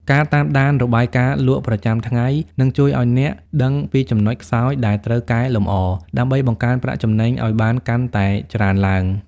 ការតាមដាន "របាយការណ៍លក់ប្រចាំថ្ងៃ" នឹងជួយឱ្យអ្នកដឹងពីចំណុចខ្សោយដែលត្រូវកែលម្អ ដើម្បីបង្កើនប្រាក់ចំណេញឱ្យបានកាន់តែច្រើនឡើង។